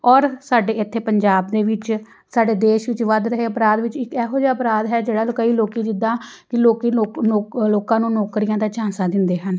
ਔਰ ਸਾਡੇ ਇੱਥੇ ਪੰਜਾਬ ਦੇ ਵਿੱਚ ਸਾਡੇ ਦੇਸ਼ ਵਿੱਚ ਵੱਧ ਰਹੇ ਅਪਰਾਧ ਵਿੱਚ ਇੱਕ ਇਹੋ ਜਿਹਾ ਅਪਰਾਧ ਹੈ ਜਿਹੜਾ ਕਈ ਲੋਕ ਜਿੱਦਾਂ ਕਿ ਲੋਕ ਲੋਕਾਂ ਨੂੰ ਨੌਕਰੀਆਂ ਦਾ ਝਾਂਸਾ ਦਿੰਦੇ ਹਨ